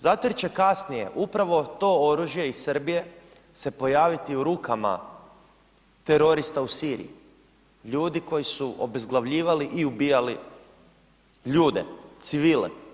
Zato jer će kasnije upravo to oružje iz Srbije se pojavili u rukama terorista u Siriji, ljudi koji su obezglavljivali i ubijali ljude, civile.